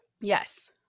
Yes